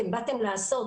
אתם באתם לעשות,